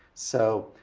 so,